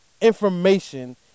information